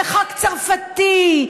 וחוק צרפתי,